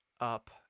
up